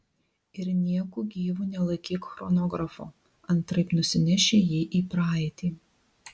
ir nieku gyvu nelaikyk chronografo antraip nusineši jį į praeitį